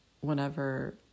whenever